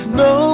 no